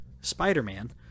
spider-man